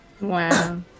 Wow